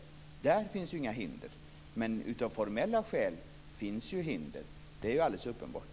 Där finns inga hinder. Men av formella skäl finns det hinder. Det är alldeles uppenbart.